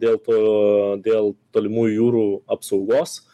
dėl to dėl tolimų jūrų apsaugos